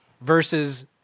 versus